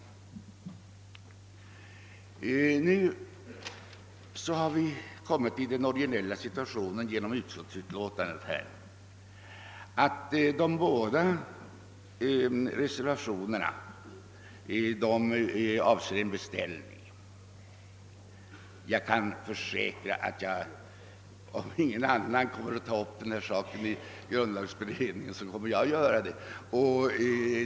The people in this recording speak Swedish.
Genom utskottsutlåtandet har vi nu kommit i den originella situationen att de båda reservationerna avser en beställning till - grundlagberedningen, och även om ingen annan där skulle ta upp frågan kan jag försäkra att jag skall göra det.